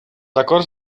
acords